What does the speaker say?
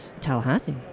Tallahassee